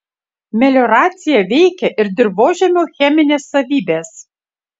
melioracija veikia ir dirvožemio chemines savybes